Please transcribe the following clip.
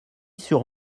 sur